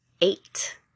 Eight